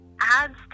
adds